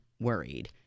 worried